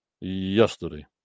yesterday